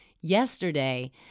Yesterday